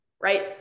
right